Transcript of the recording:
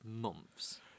months